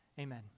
Amen